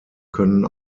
können